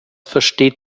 versteht